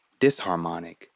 disharmonic